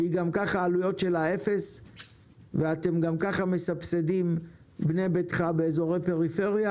שגם כך העלויות הם אפס וגם ככה מסבסדים "בנה ביתך" באזורי פריפריה.